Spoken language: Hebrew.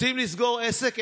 רוצים לסגור עסק?